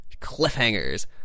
cliffhangers